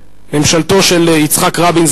ממשלתו של יצחק רבין,